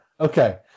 okay